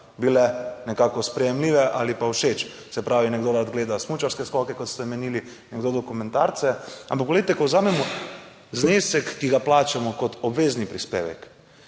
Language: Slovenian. bile nekako sprejemljive ali pa všeč, se pravi, nekdo rad gleda smučarske skoke, kot ste omenili, nekdo dokumentarce, ampak poglejte, ko vzamemo znesek, ki ga plačamo kot obvezni prispevek,